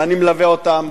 ואני מלווה אותם.